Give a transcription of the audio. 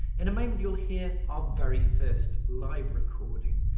in a moment you will hear our very first live recording.